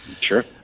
Sure